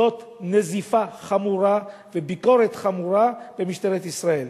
זאת נזיפה חמורה וביקורת חמורה למשטרת ישראל.